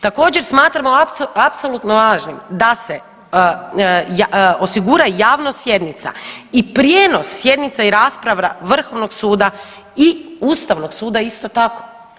Također smatramo apsolutno važnim da se osigura javnost sjednica i prijenos sjednica i rasprava vrhovnog suda i ustavnog suda isto tako.